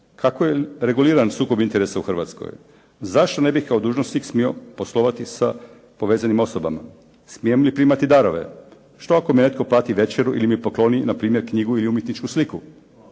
Kako je reguliran sukob interesa u Hrvatskoj? Zašto ne bi kao dužnosnik smio poslovati sa povezanim osobama? Smijem li primati darove? Što ako mi netko plati večeru ili mi pokloni npr. knjigu ili umjetničku sliku?